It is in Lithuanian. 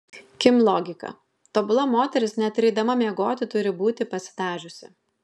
kim logika tobula moteris net ir eidama miegoti turi būti pasidažiusi